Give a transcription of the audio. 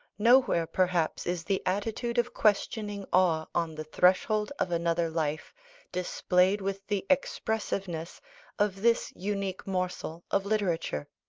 nowhere, perhaps, is the attitude of questioning awe on the threshold of another life displayed with the expressiveness of this unique morsel of literature